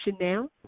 now